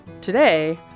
Today